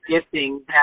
gifting